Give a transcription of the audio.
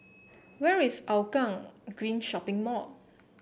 where is Hougang Green Shopping Mall